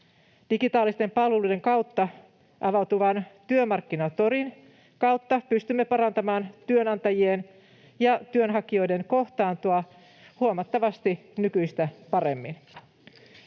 Digitaalisten palveluiden kautta avautuvan Työmarkkinatorin kautta pystymme parantamaan työnantajien ja työnhakijoiden kohtaantoa huomattavasti nykyistä paremmin.